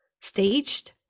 staged